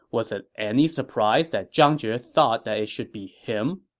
was it any surprise that zhang jue thought that it should be him?